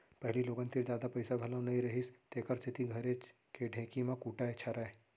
पहिली लोगन तीन जादा पइसा घलौ नइ रहिस तेकर सेती घरेच के ढेंकी म कूटय छरय